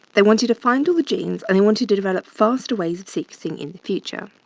they want you to find all the genes and they wanted to develop faster ways of sequencing in the future.